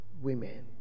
women